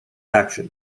action